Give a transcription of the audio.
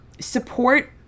support